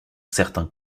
certains